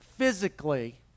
Physically